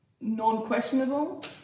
non-questionable